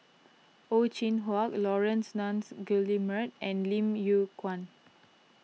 Ow Chin Hock Laurence Nunns Guillemard and Lim Yew Kuan